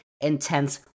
intense